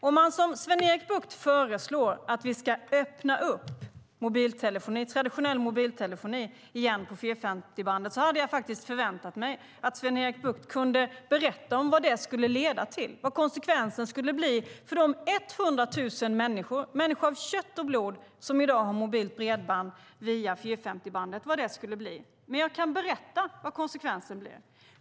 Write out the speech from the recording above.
Eftersom som Sven-Erik Bucht föreslår att vi ska öppna upp traditionell mobiltelefoni igen på 450-bandet hade jag faktiskt förväntat mig att Sven-Erik Bucht kunde berätta vad det skulle leda till, vad konsekvensen skulle bli för de 100 000 människor, människor av kött och blod, som i dag har mobilt bredband via 450-bandet. Men jag kan berätta vad konsekvensen blir.